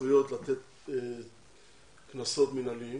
סמכויות לתת קנסות מינהליים